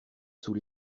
sous